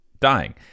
dying